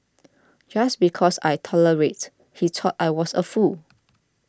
just because I tolerated he thought I was a fool